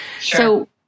so-